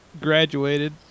graduated